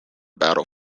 battle